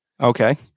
Okay